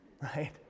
right